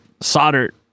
soldered